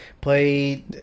play